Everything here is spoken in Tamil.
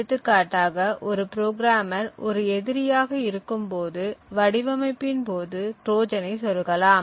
எடுத்துக்காட்டாக ஒரு புரோகிராமர் ஒரு எதிரியாக இருக்கும் போது வடிவமைப்பின் போது ட்ரோஜனை சொருகலாம்